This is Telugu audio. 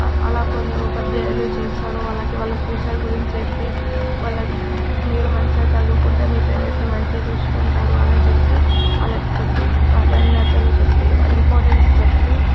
అలా కొందరు ఉపాధ్యాయులు చేశారు వాళ్ళకు వాళ్ళ ఫ్యూచర్ గురించి చెప్పి వాళ్ళకు మీరు మంచిగా చదువుకుంటే మీ పేరెంట్స్ని మంచిగా చూసుకుంటారు అని చెప్పి అలా చెప్పి ప్రాధాన్యతలు చెప్పి వా ఇంపార్టెన్స్ చెప్పి